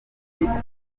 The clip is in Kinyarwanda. serivisi